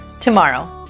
tomorrow